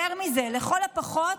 יותר מזה, לכל הפחות